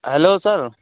hello sir